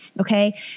Okay